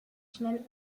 schnell